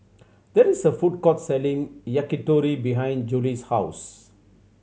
that is a food court selling Yakitori behind Juli's house